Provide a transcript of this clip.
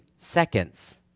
Seconds